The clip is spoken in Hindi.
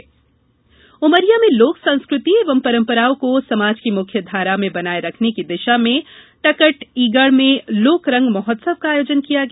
लोकरंग महोत्सव उमरिया में लोक संस्कृति एवं परंपराओं को समाज की मुख्य धारा में बनाये रखने की दिशा में टकटईगढ़ में लोकरंग महोत्सव का आयोजन किया गया